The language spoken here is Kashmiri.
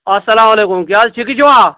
اَلسلام علیکُم کیٛاہ حظ ٹھیٖکھٕے چھِوا